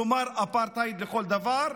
כלומר אפרטהייד לכל דבר,